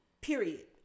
Period